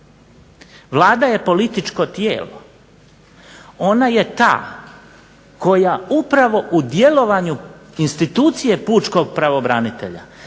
Vlada je političko tijelo. Ona je ta koja upravo u djelovanju institucije pučkog pravobranitelja